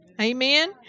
Amen